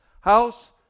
house